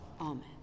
Amen